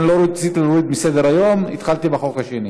לא רציתי להוריד מסדר-היום, התחלתי בחוק השני.